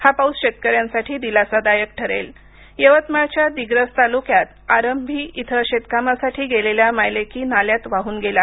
हा पाऊस शेतकऱ्यांसाठी दिलासादायक ठरेल यवतमाळच्या दिग्रस तालुक्यात आरंभी इथ शेतकामासाठी गेलेल्या माय लेकी नाल्यात वाहून गेल्या